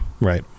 right